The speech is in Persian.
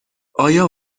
آیا